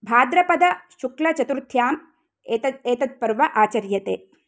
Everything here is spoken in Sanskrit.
भाद्रपदशुक्लचतुर्थ्यां एतद् एतद् पर्व आचर्यते